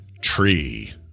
Tree